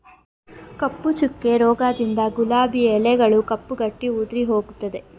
ಕಪ್ಪು ಚುಕ್ಕೆ ರೋಗದಿಂದ ಗುಲಾಬಿಯ ಎಲೆಗಳು ಕಪ್ಪು ಗಟ್ಟಿ ಉದುರಿಹೋಗುತ್ತದೆ